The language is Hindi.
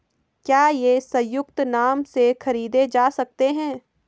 क्या ये संयुक्त नाम से खरीदे जा सकते हैं?